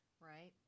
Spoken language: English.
Right